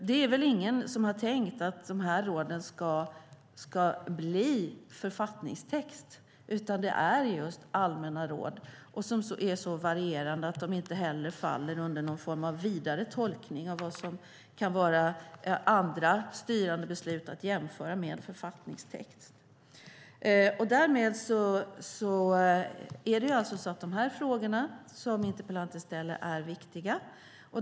Det är väl ingen som har tänkt att de här råden ska bli författningstext, utan det är allmänna råd som är så varierande att de inte heller faller under någon form av vidare tolkning av vad som kan vara andra styrande beslut som är att jämföra med författningstext. De frågor som interpellanten ställer är viktiga.